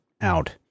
out